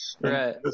right